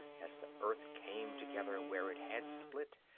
as the earth came together where it had split,